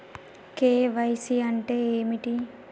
KYC అంటే ఏమిటి?